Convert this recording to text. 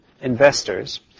investors